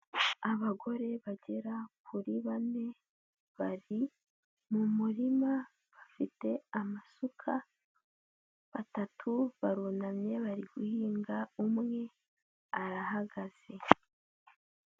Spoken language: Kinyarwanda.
Abagore bagera kuri bane bari mu murima bafite amasuka atatu, barunamye bari guhinga umwe arahagaze.